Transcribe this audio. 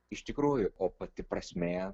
iš tikrųjų o pati prasmė